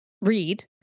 read